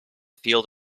field